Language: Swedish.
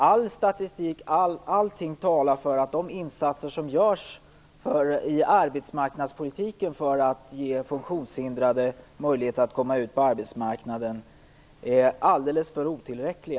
All statistik - ja, allting - talar för att de insatser som görs i arbetsmarknadspolitiken för att ge funktionshindrade möjlighet att komma ut på arbetsmarknaden är helt otillräckliga.